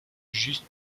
juste